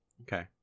Okay